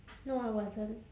no I wasn't